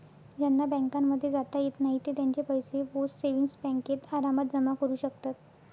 ज्यांना बँकांमध्ये जाता येत नाही ते त्यांचे पैसे पोस्ट सेविंग्स बँकेत आरामात जमा करू शकतात